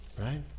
Right